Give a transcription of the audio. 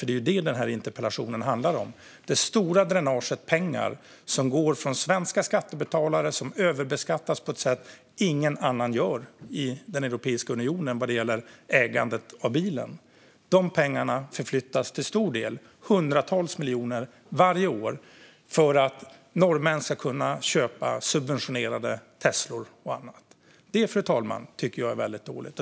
Det är ju det denna interpellation handlar om: det stora dränage av pengar som går från svenska skattebetalare, vilka överbeskattas på ett sätt ingen annan gör i Europeiska unionen vad gäller ägandet av bilen. De pengarna förflyttas till stor del, hundratals miljoner varje år, för att norrmän ska kunna köpa subventionerade Teslor och annat. Det, fru talman, tycker jag är väldigt dåligt.